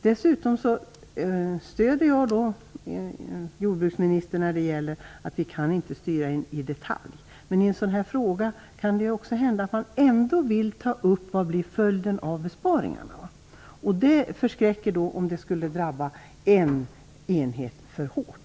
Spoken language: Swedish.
Dessutom stöder jag jordbruksministern när det gäller att vi inte kan styra i detalj. Men i en sådan här fråga kan det hända att man ändå vill ta upp vad följden av besparingarna blir. Det förskräcker om det skulle drabba en enhet för hårt.